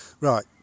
right